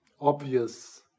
obvious